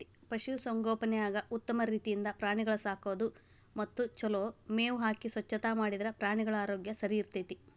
ಪಶು ಸಂಗೋಪನ್ಯಾಗ ಉತ್ತಮ ರೇತಿಯಿಂದ ಪ್ರಾಣಿಗಳ ಸಾಕೋದು ಮತ್ತ ಚೊಲೋ ಮೇವ್ ಹಾಕಿ ಸ್ವಚ್ಛತಾ ಮಾಡಿದ್ರ ಪ್ರಾಣಿಗಳ ಆರೋಗ್ಯ ಸರಿಇರ್ತೇತಿ